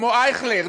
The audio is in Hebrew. כמו אייכלר,